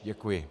Děkuji.